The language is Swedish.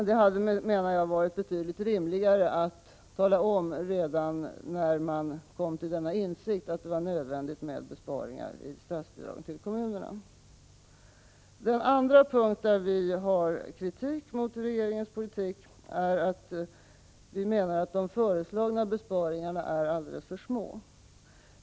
Det hade, menar jag, varit betydligt rimligare att tala om redan när man kom till denna insikt, att det var nödvändigt med besparingar i statsbidragen till kommunerna. För det andra menar vi att de föreslagna besparingarna är alldeles för små.